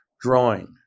drawing